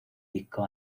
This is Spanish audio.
disco